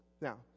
Now